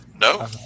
No